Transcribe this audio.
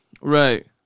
right